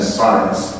Science